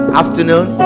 afternoon